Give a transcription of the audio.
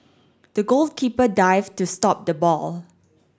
the goalkeeper dived to stop the ball